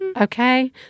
Okay